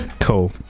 Cool